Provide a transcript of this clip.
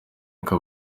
uko